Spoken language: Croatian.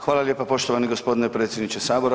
Hvala lijepa poštovani gospodine predsjedniče sabora.